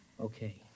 Okay